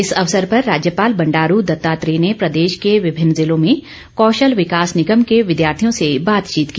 इस अवैसर पर राज्यपाल बंडारू दत्तात्रेय ने प्रदेश के विभिन्न जिलों में कौशल विकास निगम के विद्यार्थियों से बातचीत की